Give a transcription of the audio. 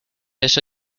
eso